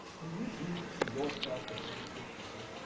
can you do for yourself what you just did for her?